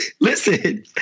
listen